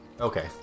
okay